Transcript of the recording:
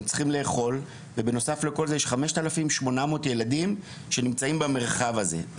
הם צריכים לאכול ובנוסף לכל זה יש 5,800 ילדים שנמצאים במרחב הזה.